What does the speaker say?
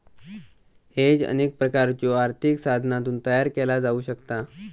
hedge अनेक प्रकारच्यो आर्थिक साधनांतून तयार केला जाऊ शकता